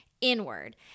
inward